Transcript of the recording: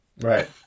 Right